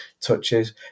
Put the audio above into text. touches